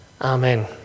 Amen